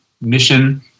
mission